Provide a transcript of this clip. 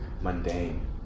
mundane